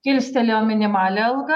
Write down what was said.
kilstelėjo minimalią algą